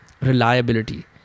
reliability